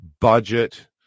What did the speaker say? budget